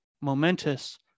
momentous